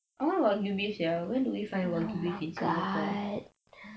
I want wagyu beef sia where do we find wagyu beef in singapore